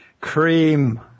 Cream